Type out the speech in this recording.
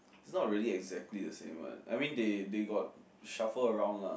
it's not really exactly the same what I mean they they got shuffle around lah